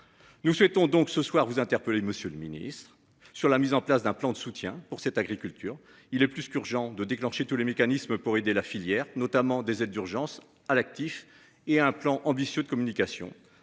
Nous souhaitons donc ce soir vous interpeller monsieur le Ministre, sur la mise en place d'un plan de soutien pour cette agriculture. Il est plus qu'urgent de déclencher tous les mécanismes pour aider la filière notamment des aides d'urgence à l'actif et un plan ambitieux de communication